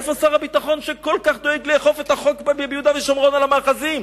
איפה שר הביטחון שכל כך דואג לאכוף את החוק ביהודה ושומרון על המאחזים?